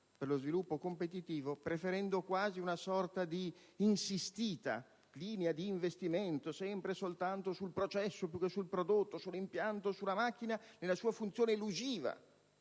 per lo sviluppo competitivo, preferendo quasi una sorta di insistita linea di investimento sempre e soltanto sul processo, sul prodotto, sull'impianto, sulla macchina nella sua funzione elusiva